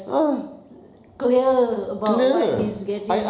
clear about what he's getting